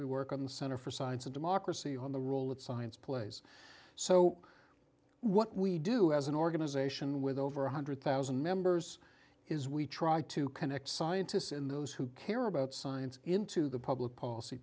we work on the center for science and democracy on the role that science plays so what we do as an organization with over one hundred thousand members is we try to connect scientists in those who care about science into the public policy